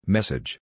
Message